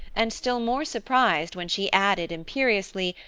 and still more surprised when she added, imperiously,